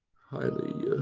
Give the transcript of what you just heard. highly